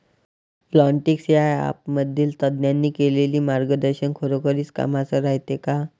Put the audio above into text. Plantix या ॲपमधील तज्ज्ञांनी केलेली मार्गदर्शन खरोखरीच कामाचं रायते का?